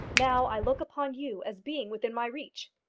now, i look upon you as being within my reach.